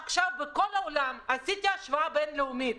עשיתי השוואה בין-לאומית